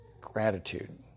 Gratitude